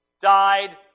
died